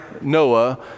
Noah